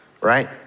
right